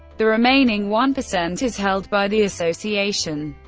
the remaining one percent is held by the association.